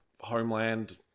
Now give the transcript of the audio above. Homeland